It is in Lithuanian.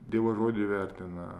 dievo žodį vertina